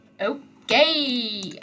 Okay